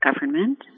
government